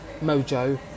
mojo